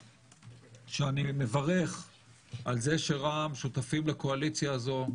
אני רוצה להגיד שאני מברך על זה שרע"מ שותפים לקואליציה הזו.